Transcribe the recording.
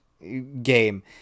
game